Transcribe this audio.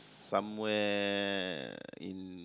somewhere in